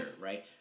right